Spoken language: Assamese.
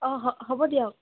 অঁ হ হ'ব দিয়ক